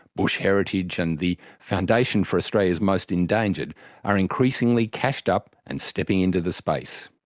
bush heritage and the foundation for australia's most endangered are increasingly cashed up and stepping into the space.